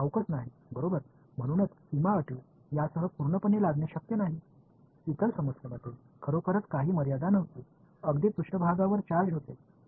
மற்ற சிக்கலில் எந்தவிதமான எல்லையும் இல்லை சார்ஜ்கள் மேற்பரப்பில் உள்ளன அதனால்தான் நான் இந்த சமன்பாட்டைக் கழித்து பின்னர் ஒரு குறிப்பிட்ட கொள்ளளவுடன் ஒருங்கிணைக்கிறேன்